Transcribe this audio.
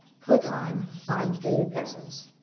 click on find databases.